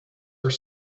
are